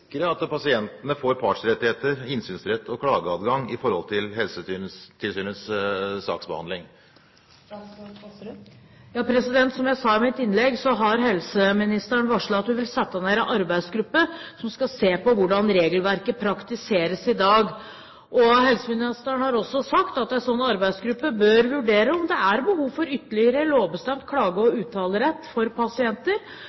sikre at pasientene får partsrettigheter, innsynsrett og klageadgang med hensyn til Helsetilsynets saksbehandling? Som jeg sa i mitt innlegg, har helseministeren varslet at hun vil sette ned en arbeidsgruppe som skal se på hvordan regelverket praktiseres i dag. Helseministeren har også sagt at en slik arbeidsgruppe bør vurdere om det er behov for ytterligere lovbestemt klage- og